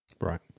Right